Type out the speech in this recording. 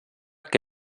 que